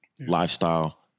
lifestyle